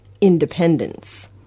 independence